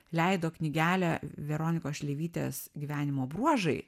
leido knygelę veronikos šleivytės gyvenimo bruožai